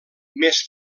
més